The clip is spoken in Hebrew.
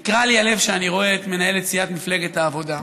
נקרע לי הלב כשאני רואה את מנהלת סיעת מפלגת העבודה,